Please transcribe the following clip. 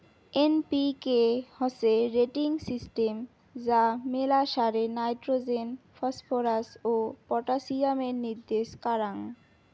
NPK হসে rating system যা মেলা সারে নাইট্রোজেন, ফসফরাস ও পটাসিয়ামের নির্দেশ কারাঙ